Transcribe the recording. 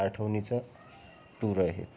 आठवणीचा टूर आहे